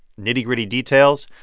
nitty gritty details,